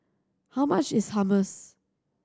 how much is Hummus